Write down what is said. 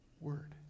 word